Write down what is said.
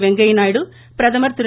வெங்கய்ய நாயுடு பிரதமர் திரு